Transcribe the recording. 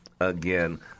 again